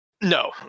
no